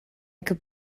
could